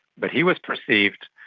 but he was perceived,